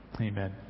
Amen